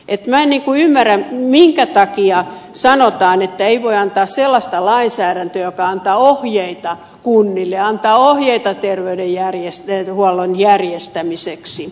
minä en ymmärrä minkä takia sanotaan että ei voi antaa sellaista lainsäädäntöä joka antaa ohjeita kunnille antaa ohjeita terveydenhuollon järjestämiseksi